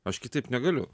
aš kitaip negaliu